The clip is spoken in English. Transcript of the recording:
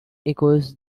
echoes